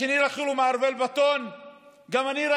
השני, לקחו לו מערבל בטון.